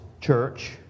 church